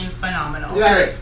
phenomenal